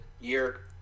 year